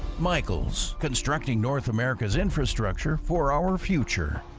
michels constructing north america's infrastructure for our future.